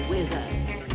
Wizards